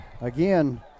Again